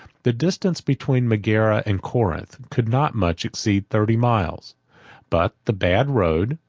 the distance between megara and corinth could not much exceed thirty miles but the bad road,